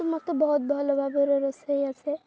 ସମସ୍ତେ ବହୁତ ଭଲ ଭାବରେ ରୋଷେଇ ଆସେ